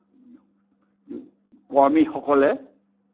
কৰ্মীসকলে